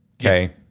okay